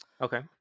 Okay